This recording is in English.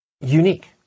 unique